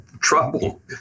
trouble